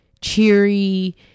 cheery